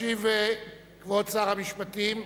ישיב כבוד שר המשפטים,